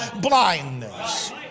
blindness